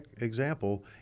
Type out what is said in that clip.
example